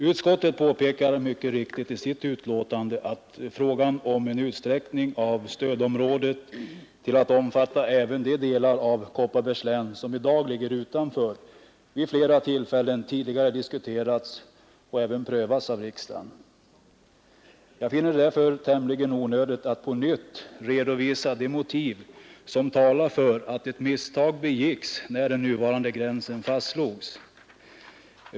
Utskottet påpekar mycket riktigt i sitt betänkande, att frågan om en utsträckning av stödområdet till att omfatta även de delar av Kopparbergs län som i dag ligger utanför vid flera tillfällen tidigare diskuterats och även prövats av riksdagen. Jag finner det därför tämligen onödigt att på nytt redovisa de motiv som talar för att ett misstag begicks när den nuvarande gränsen fastslogs.